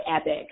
epic